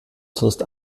sonst